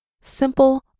simple